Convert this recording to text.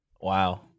Wow